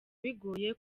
bigoye